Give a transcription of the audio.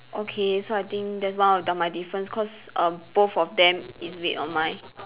okay so I think that's one of the my difference cause err both of them is red on mine